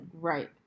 Right